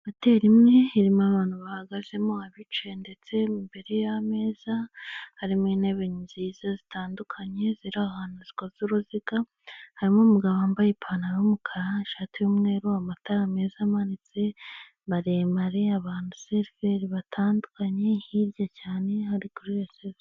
Hoteli imwe irimo abantu bahagazemo abicaye ndetse imbere y'ameza harimo intebe nziza zitandukanye ziri ahantu zikoze uruziga, harimo umugabo wambaye ipantalo y'umukara, ishati y'umweru amatara meza amanitse maremare abaseriveri batandukanye hirya cyane hari geresizi.